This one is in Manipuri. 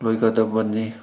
ꯂꯣꯏꯒꯗꯕꯅꯤ